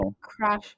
Crash